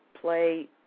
play